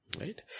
Right